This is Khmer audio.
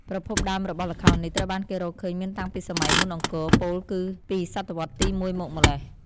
ប្រភពដើមរបស់ល្ខោននេះ ត្រូវបានគេរកឃើញមានតាំងពីសម័យមុនអង្គរ ពោលគឺពីសតវត្សទី ១មកម្ល៉េះ។